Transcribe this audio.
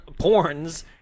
porns